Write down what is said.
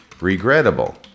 regrettable